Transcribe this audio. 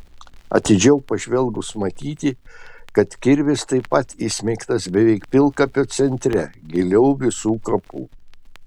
atidžiau pažvelgus matyti kad kirvis taip pat įsmeigtas beveik pilkapio centre giliau visų kapų